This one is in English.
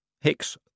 Hicks